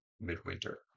Midwinter